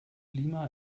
lima